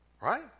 right